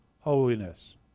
holiness